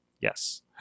yes